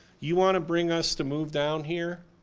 you want to bring us to move down here?